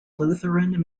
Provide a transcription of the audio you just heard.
lutheran